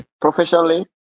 professionally